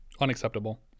Unacceptable